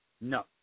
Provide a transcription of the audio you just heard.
No